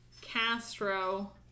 Castro